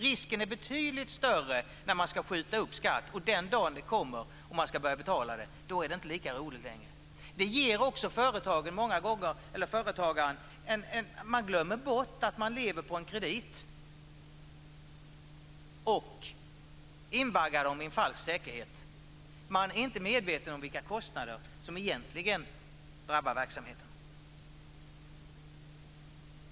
Risken är betydligt större när man skjuter upp skattebetalning. När den dagen kommer att man ska börja betala skatten är det inte lika roligt längre. Företagare glömmer många gånger också bort att de lever på kredit och invaggas i falsk säkerhet. Man är inte medveten om vilka kostnader som egentligen drabbar verksamheten.